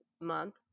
month